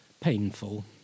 painful